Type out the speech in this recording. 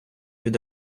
від